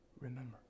Remember